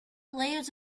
layers